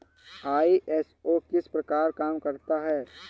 ISO किस प्रकार काम करता है